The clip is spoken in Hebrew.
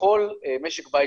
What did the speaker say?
לכל משקי הבית